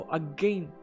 again